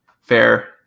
fair